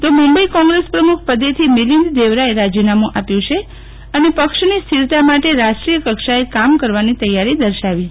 તો મુંબઈ કોંગ્રેસ પ્રમુખ પદેથી મિલિન્દ દેવરા એ રાજીનામું આપ્યું છે અને પક્ષની સ્થિરતા માટે રાષ્ટ્રીયકક્ષા એ કામ કરવાની તૈયારી દર્શાવી છે